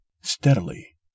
Steadily